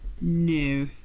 No